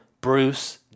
Bruce